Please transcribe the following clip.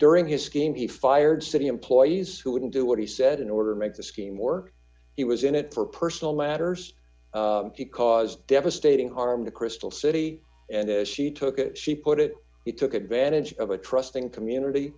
during his scheme he fired city employees who wouldn't do what he said in order d to make this scheme or he was in it for personal matters he caused devastating harm to crystal city and as she took it she put it he took advantage of a trusting community